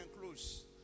close